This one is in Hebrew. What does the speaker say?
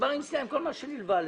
מדובר עם סיעה על כל הנלווה לזה.